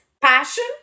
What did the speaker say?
passion